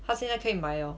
她现在可以买 liao